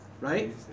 Right